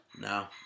No